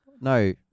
No